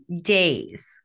days